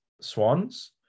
Swans